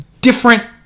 different